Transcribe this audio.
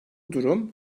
durum